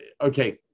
okay